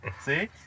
See